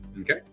Okay